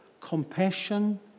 compassion